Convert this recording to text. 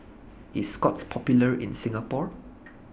IS Scott's Popular in Singapore